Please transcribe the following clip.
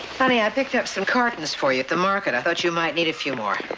honey, i picked up some cartons for you at the market. i thought you might need a few more.